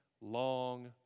long